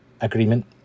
agreement